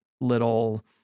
little